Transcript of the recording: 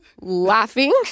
laughing